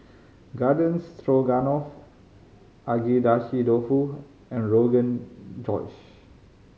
Garden Stroganoff Agedashi Dofu and Rogan Josh